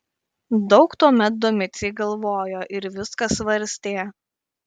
daug tuomet domicė galvojo ir viską svarstė